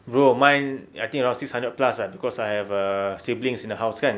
bro mine I think around six hundred plus ah cause I have a siblings in the house kan